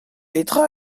petra